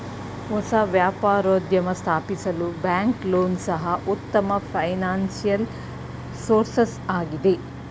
ಹೊಸ ವ್ಯಾಪಾರೋದ್ಯಮ ಸ್ಥಾಪಿಸಲು ಬ್ಯಾಂಕ್ ಲೋನ್ ಸಹ ಉತ್ತಮ ಫೈನಾನ್ಸಿಯಲ್ ಸೋರ್ಸಸ್ ಆಗಿದೆ